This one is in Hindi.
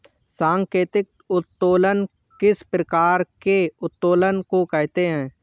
सांकेतिक उत्तोलन किस प्रकार के उत्तोलन को कहते हैं?